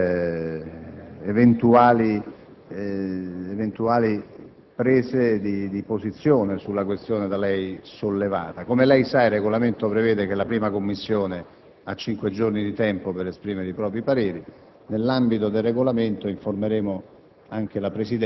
per eventuali prese di posizione sulla questione da lei sollevata. Come lei sa, il Regolamento prevede che la 1a Commissione ha cinque giorni di tempo per esprimere il proprio parere. Nell'ambito del Regolamento, informeremo